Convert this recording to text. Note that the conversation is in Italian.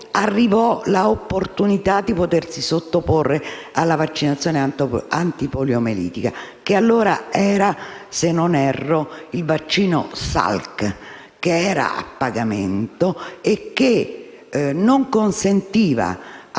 arrivò l'opportunità di sottoporsi alla vaccinazione antipoliomielitica, che allora era - se non erro - il vaccino Salk ed era a pagamento, cosa che quindi non consentiva a